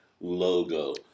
logo